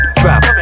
drop